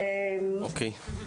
פנויים,